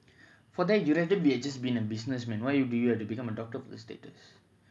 for them you would rather have just been a businessman why do you have to become a doctor with status